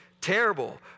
terrible